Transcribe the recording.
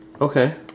Okay